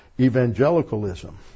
Evangelicalism